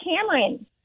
Cameron